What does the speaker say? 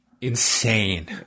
Insane